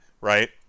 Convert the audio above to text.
right